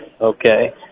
okay